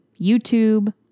YouTube